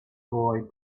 boy